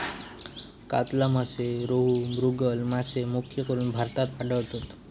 कातला मासे, रोहू, मृगल मासे मुख्यकरून भारतात आढळतत